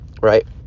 right